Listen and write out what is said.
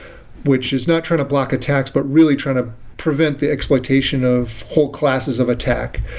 which is not trying to block attacks, but really trying to prevent the exploitation of whole classes of attack.